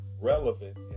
relevant